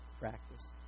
Practice